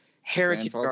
heritage